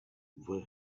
were